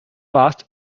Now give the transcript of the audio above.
past